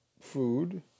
food